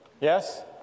Yes